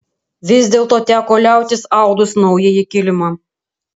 vis dėlto teko liautis audus naująjį kilimą